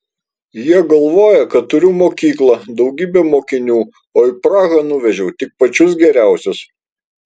jie galvoja kad turiu mokyklą daugybę mokinių o į prahą nuvežiau tik pačius geriausius